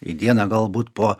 į dieną galbūt po